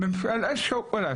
מפעלי השוקולד,